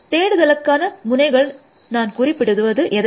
தேடுதலுக்கான முனைகள் நான் குறிப்பிடுவது எதை